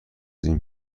این